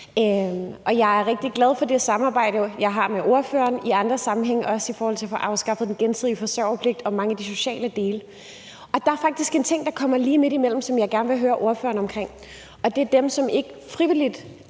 Jeg er rigtig glad for det samarbejde, jeg har med ordføreren i andre sammenhænge, også i forhold til at få afskaffet den gensidige forsørgerpligt og i forhold til mange af de sociale dele. Der er faktisk en ting, der ligger lige midtimellem, og som jeg gerne vil høre ordføreren om, og det handler om dem, som ikke frivilligt